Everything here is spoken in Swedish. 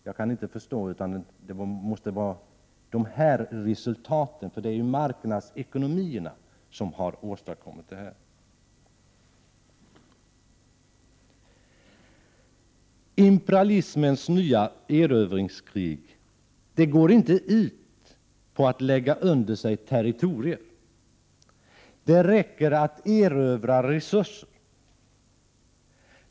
Jag kan inte förstå annat än att hon avsåg dessa resultat, då det ju är marknadsekonomierna som har åstadkommit dem. 17 Imperialismens nya erövringskrig går inte ut på att lägga under sig territorier. Det räcker att erövra resurser.